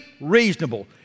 reasonable